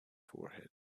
forehead